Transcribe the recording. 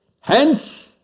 Hence